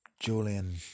Julian